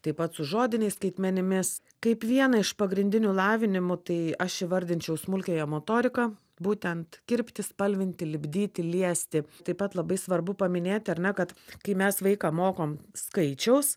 taip pat su žodiniais skaitmenimis kaip vieną iš pagrindinių lavinimų tai aš įvardinčiau smulkiąją motoriką būtent kirpti spalvinti lipdyti liesti taip pat labai svarbu paminėti ar ne kad kai mes vaiką mokom skaičiaus